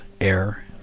air